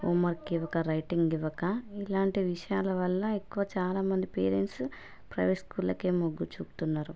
homework ఇవ్వక writing ఇవ్వక ఇలాంటి విషయాల వల్ల ఎక్కువ చాలామంది పేరెంట్స్ ప్రైవేట్ స్కూళ్లకే మొగ్గు చూపుతున్నారు